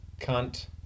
cunt